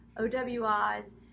OWIs